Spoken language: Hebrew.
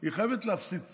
שהיא חייבת להפסיד קצת.